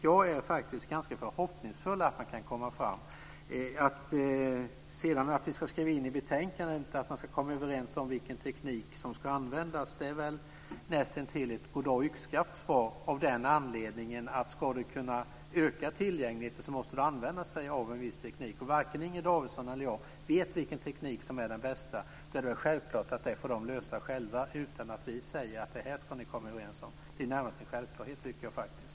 Jag är därför ganska förhoppningsfull när det gäller att komma fram här. Att vi ska skriva in i betänkandet att man ska komma överens om vilken teknik som ska användas är väl näst intill ett goddag-yxskaft-svar därför att om man ska kunna öka tillgängligheten så måste man använda sig av en viss teknik. Och varken Inger Davidson eller jag vet vilken teknik som är den bästa. Därför är det självklart att man får lösa detta själv utan att vi säger: Detta ska ni komma överens om! Det är närmast en självklarhet.